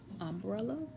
umbrella